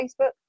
Facebook